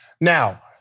Now